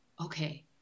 okay